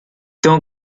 tengo